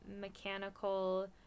mechanical